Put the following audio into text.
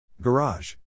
Garage